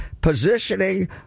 positioning